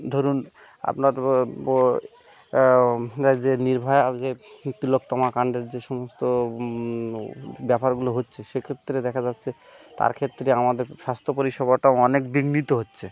ধরুন আপনার বা যে নির্ভয়া যে তিলোত্তমা কাণ্ডের যে সমস্ত ব্যাপারগুলো হচ্ছে সেক্ষেত্রে দেখা যাচ্ছে তার ক্ষেত্রে আমাদের স্বাস্থ্য পরিষেবাটাও অনেক বিঘ্নিত হচ্ছে